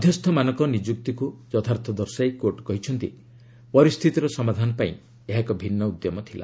ମଧ୍ୟସ୍ଥମାନଙ୍କ ନିଯୁକ୍ତିକୁ ଯଥାର୍ଥ ଦର୍ଶାଇ କୋର୍ଟ କହିଛନ୍ତି ପରିସ୍ଥିତିର ସମାଧାନ ପାଇଁ ଏହା ଏକ ଭିନ୍ନ ଉଦ୍ୟମ ଥିଲା